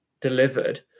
delivered